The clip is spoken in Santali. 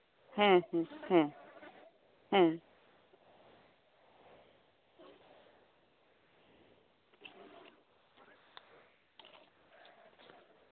ᱦᱮᱸ ᱦᱮᱸ